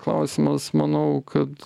klausimas manau kad